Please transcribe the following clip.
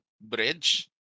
bridge